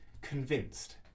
convinced